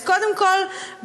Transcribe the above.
אז קודם כול,